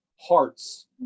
hearts